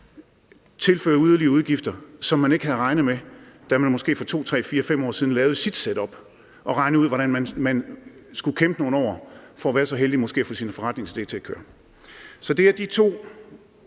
tilfører yderligere udgifter, som man ikke havde regnet med at få, da man for måske 2, 3, 4, 5 år siden lavede sit setup og regnede ud, hvordan man skulle kæmpe nogle år for at være så heldig måske at få sin forretning til at køre. Så det er to